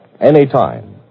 anytime